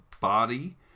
body